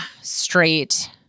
straight